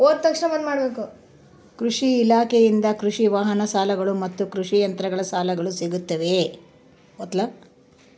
ಕೃಷಿ ಇಲಾಖೆಯಿಂದ ಕೃಷಿ ವಾಹನ ಸಾಲಗಳು ಮತ್ತು ಕೃಷಿ ಯಂತ್ರಗಳ ಸಾಲಗಳು ಸಿಗುತ್ತವೆಯೆ?